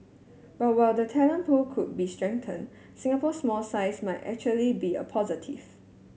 but while the talent pool could be strengthened Singapore small size might actually be a positive